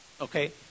Okay